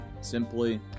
simply